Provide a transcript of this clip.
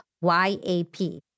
Y-A-P